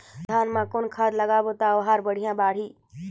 धान मा कौन खाद लगाबो ता ओहार बेडिया बाणही?